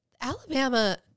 Alabama